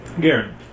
Garen